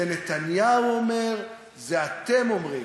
נתניהו אומר, אתם אומרים,